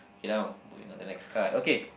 K now moving on to next card okay